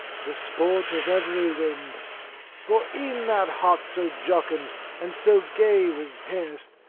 the sport of every wind for e'en that heart so jocund and so gay was pierced,